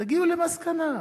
תגיעו למסקנה.